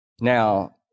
Now